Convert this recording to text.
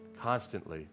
constantly